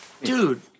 Dude